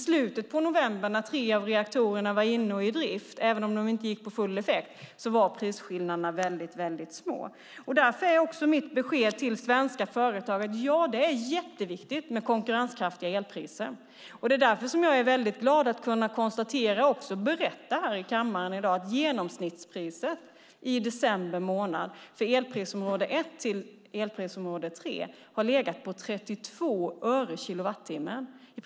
I slutet av november då tre av reaktorerna var i drift, även om de inte gick på full effekt, var prisskillnaderna mycket små. Därför är mitt besked till svenska företag att det är mycket viktigt med konkurrenskraftiga elpriser. Därför är jag väldigt glad över att kunna konstatera och också här i dag i kammaren kunna berätta att genomsnittspriset i december månad för elprisområdena 1-3 legat på 32 öre per kilowattimme.